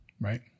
right